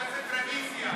תוספת רוויזיה.